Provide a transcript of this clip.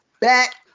Back